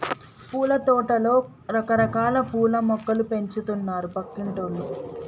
పూలతోటలో రకరకాల పూల మొక్కలు పెంచుతున్నారు పక్కింటోల్లు